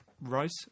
Rice